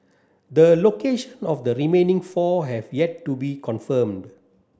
the location of the remaining four have yet to be confirmed